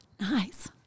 Nice